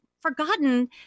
forgotten